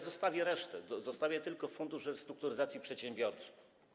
Zostawię resztę, zostanie tylko Fundusz Restrukturyzacji Przedsiębiorców.